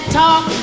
talk